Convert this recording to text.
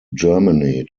germany